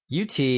UT